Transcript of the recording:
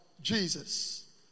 Jesus